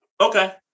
Okay